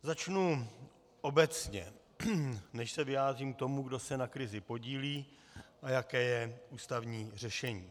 Začnu obecně, než se vyjádřím k tomu, kdo se na krizi podílí a jaké je ústavní řešení.